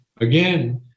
again